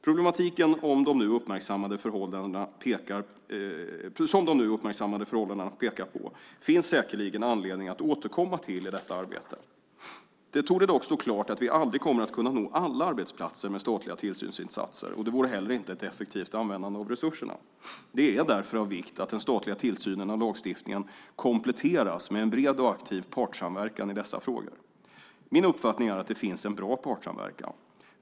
Problematiken som de nu uppmärksammade förhållandena pekar på finns säkerligen anledning att återkomma till i detta arbete. Det torde dock stå klart att vi aldrig kommer att kunna nå alla arbetsplatser med statliga tillsynsinsatser, och det vore inte heller ett effektivt användande av resurserna. Det är därför av vikt att den statliga tillsynen av lagstiftningen kompletteras med en bred och aktiv partssamverkan i dessa frågor. Min uppfattning är att det finns en bra partssamverkan.